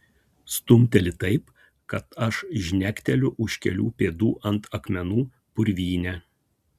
stumteli taip kad aš žnekteliu už kelių pėdų ant akmenų purvyne